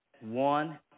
one